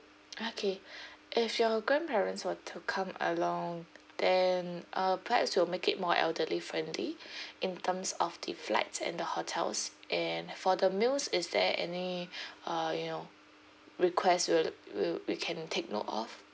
okay if your grandparents were to come along then uh perhaps we'll make it more elderly friendly in terms of the flights and the hotels and for the meals is there any uh you know request we'll we'll we can take note of